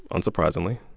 unsurprisingly,